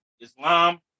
Islam